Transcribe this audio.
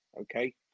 Okay